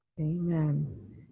Amen